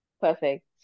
perfect